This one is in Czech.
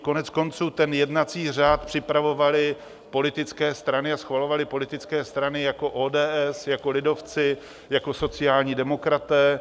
Koneckonců, jednací řád připravovaly politické strany a schvalovaly politické strany jako ODS, jako lidovci, jako sociální demokraté.